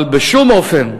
אבל בשום אופן,